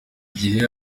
gihe